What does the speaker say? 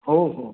हो हो